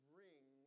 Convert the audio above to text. ring